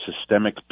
systemic